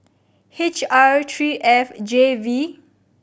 H R three F J V